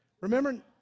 Remember